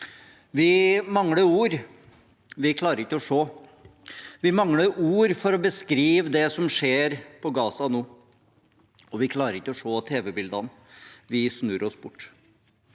Vi mangler ord, og vi klarer ikke å se på. Vi mangler ord for å beskrive det som skjer på Gaza nå, og vi klarer ikke å se på tv-bildene – vi snur oss bort.